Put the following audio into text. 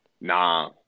nah